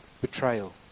betrayal